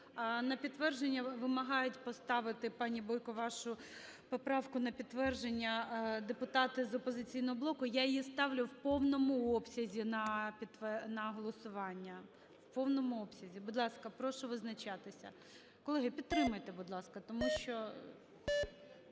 На підтвердження вимагають поставити, пані Бойко, вашу поправку, на підтвердження депутати з "Опозиційного блоку". Я її ставлю в повному обсязі на голосування, в повному обсязі. Будь ласка, прошу визначатися. Колеги, підтримайте, будь ласка, тому що